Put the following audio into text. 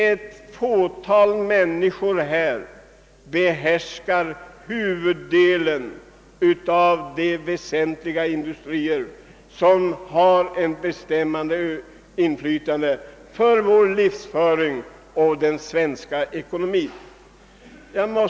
Ett fåtal människor behärskar huvuddelen av de väsentliga industrier som har ett bestämmande inflytande över vår livsföring och över den svenska ekonomin.